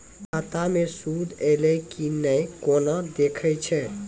खाता मे सूद एलय की ने कोना देखय छै?